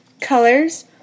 colors